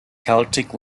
celtic